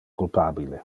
culpabile